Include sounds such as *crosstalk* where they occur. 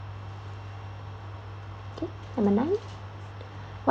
okay number nine *noise* what